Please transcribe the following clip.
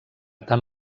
tant